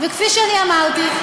וכפי שאני אמרתי,